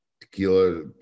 Tequila